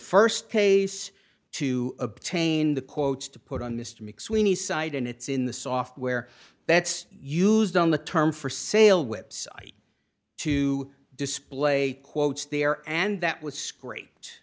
st case to obtain the quotes to put on mr mcsweeney site and it's in the software that's used on the term for sale website to display quotes there and that was